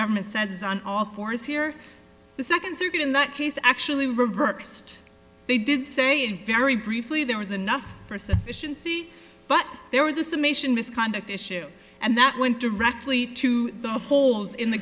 government says on all fours here the second circuit in that case actually reversed they did say in very briefly there was enough for sufficiency but there was a summation misconduct issue and that went directly to the holes in the